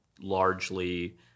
largely